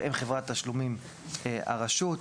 שהם חברת תשלומים הרשות".